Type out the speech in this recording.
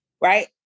right